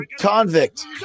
convict